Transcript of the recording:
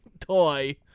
toy